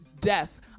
death